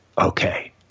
okay